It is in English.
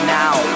now